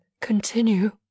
continue